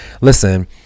listen